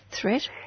threat